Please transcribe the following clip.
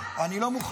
--- אני לא מוכן.